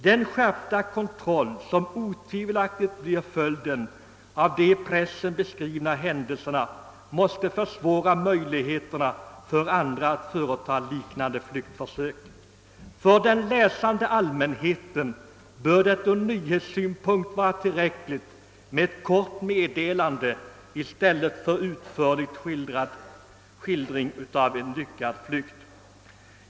Den skärpta kontroll, som otvivelaktigt blir följden av de i pressen beskrivna händelserna, måste försvåra möjligheterna för andra att företa liknande flyktförsök. För den läsande all mänheten bör det från nyhetssynpunkt vara tillräckligt med ett kort meddelande i stället för en utförlig skildring av en lyckad flykt.